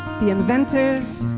the inventors,